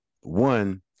one